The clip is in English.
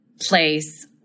place